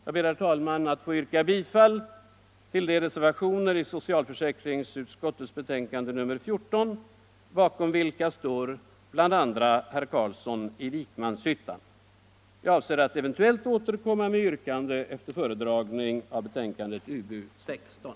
Jag ber, herr talman, att få yrka bifall till de reservationer i socialförsäkringsutskottets betänkande nr 14, bakom vilka bl.a. herr Carlsson i Vikmanshyttan står. Jag avser att eventuellt återkomma med ett ytterligare yrkande efter föredragningen av utbildningsutskottets betänkande nr 16.